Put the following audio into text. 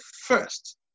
first